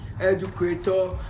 educator